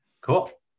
Cool